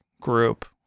group